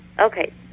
Okay